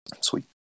Sweet